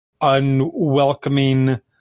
unwelcoming